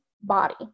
body